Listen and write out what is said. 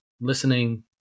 listening